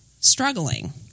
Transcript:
struggling